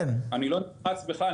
אני לא נלחץ בכלל,